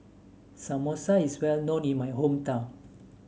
samosa is well known in my hometown